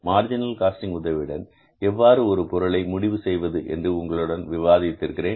margin costing உதவியுடன் எவ்வாறு ஒரு பொருளை முடிவு செய்வது என்று உங்களுடன் விவாதித்திருக்கிறேன்